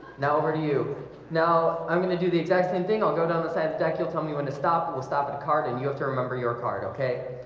now over to you now, i'm gonna do the exact same thing i'll go down the side of deck you'll tell me when to stop but we'll stop at a card and you have to remember your card. okay,